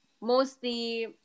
mostly